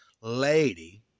lady